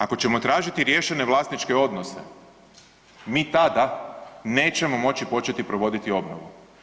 Ako ćemo tražiti riješene vlasničke odnose mi tada nećemo moći početi provoditi obnovu.